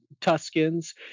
tuscans